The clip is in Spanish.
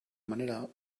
manera